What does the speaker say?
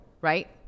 Right